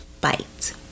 bite